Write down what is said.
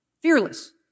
Fearless